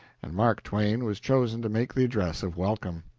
and mark twain was chosen to make the address of welcome.